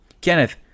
Kenneth